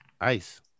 Ice